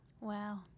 Wow